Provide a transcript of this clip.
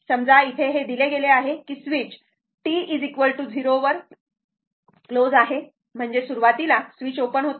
समजा हे दिले गेले आहे की स्विच t 0 वर क्लोज आहे म्हणजे सुरुवातीला स्विच ओपन होता